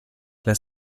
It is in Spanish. las